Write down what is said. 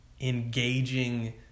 engaging